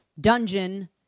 dungeon